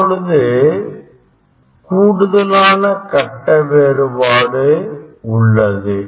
இப்பொழுது கூடுதலான கட்ட வேறுபாடு உள்ளது